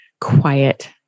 quiet